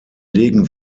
legen